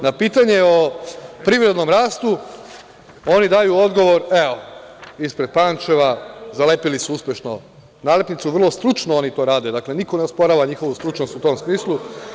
Na pitanje o privrednom rastu oni daju odgovor, evo, ispred Pančeva, zalepili su uspešno nalepnicu, vrlo stručno oni to rade, dakle, niko ne osporava njihovu stručnost u tom smislu.